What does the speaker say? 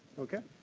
okay?